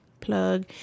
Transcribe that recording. plug